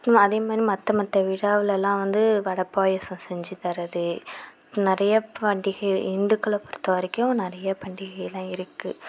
அதேமாதிரி மற்ற மற்ற விழாவிலலாம் வந்து வடை பாயசம் செஞ்சுத்தரது நிறையா பண்டிகை இந்துக்களை பொறுத்த வரைக்கும் நிறையா பண்டிகைலாம் இருக்குது